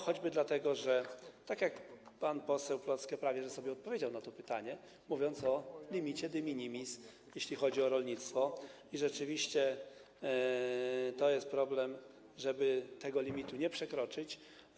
Choćby dlatego, że - tak jak pan poseł Plocke, który prawie że sobie odpowiedział na to pytanie, mówiąc o limicie de minimis, jeśli chodzi o rolnictwo - rzeczywiście to jest problem, żeby tego limitu nie przekroczyć.